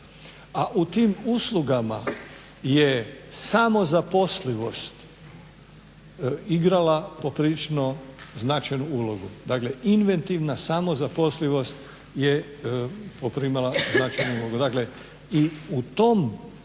a u tim uslugama je samozaposlivost igrala poprilično značajnu ulogu. Dakle inventivna samozaposlivost je poprimala značajnu ulogu.